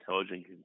intelligent